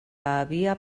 havia